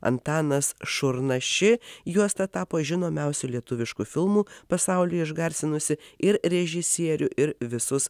antanas šurna ši juosta tapo žinomiausiu lietuvišku filmu pasauly išgarsinusi ir režisierių ir visus